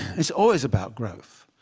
it's always about growth.